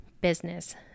business